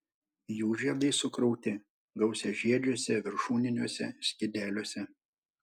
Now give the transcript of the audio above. jų žiedai sukrauti gausiažiedžiuose viršūniniuose skydeliuose